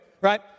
Right